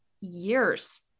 years